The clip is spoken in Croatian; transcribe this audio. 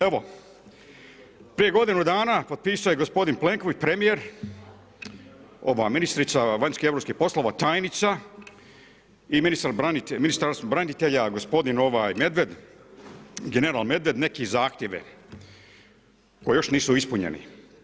Evo, prije godinu dana potpisao je gospodin Plenković, premijer, ova ministrica vanjskih i europskih poslova tajnica i Ministarstvo branitelja, gospodin Medved, general Medved neke zahtjeve koji još nisu ispunjeni.